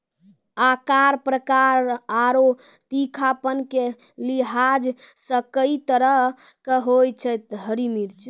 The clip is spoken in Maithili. आकार, प्रकार आरो तीखापन के लिहाज सॅ कई तरह के होय छै हरी मिर्च